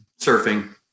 surfing